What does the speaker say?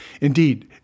Indeed